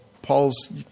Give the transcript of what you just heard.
Paul's